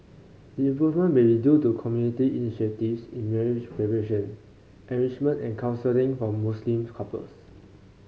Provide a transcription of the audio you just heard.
the improvement may be due to community initiatives in marriage preparation enrichment and counselling for Muslim couples